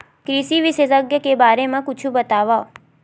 कृषि विशेषज्ञ के बारे मा कुछु बतावव?